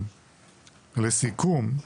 לסיכום,